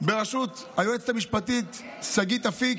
בראשות היועצת המשפטית שגית אפיק,